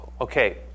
Okay